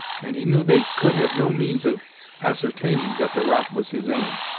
and he knew they could have no means of ascertaining that the rock was his aim,